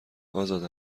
ازاده